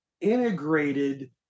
integrated